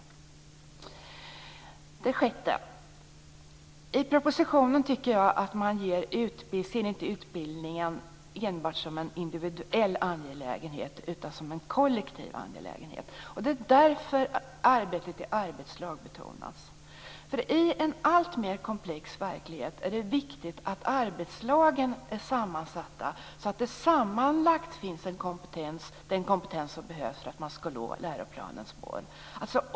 För det sjätte: I propositionen tycker jag att man inte ser utbildningen enbart som en individuell angelägenhet utan som en kollektiv angelägenhet. Det är därför som arbetet i arbetslag betonas. I en alltmer komplex verklighet är det viktigt att arbetslagen är sammansatta så att det sammanlagt finns den kompetens som behövs för att man ska nå läroplanens mål.